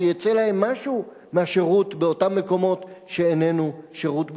שיצא להם משהו מהשירות באותם מקומות שאיננו שירות בצבא.